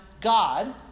God